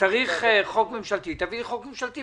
צריך חוק ממשלתי תביאי חוק ממשלתי.